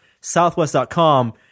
Southwest.com